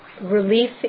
relief